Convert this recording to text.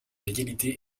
l’égalité